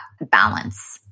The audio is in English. balance